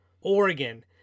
Oregon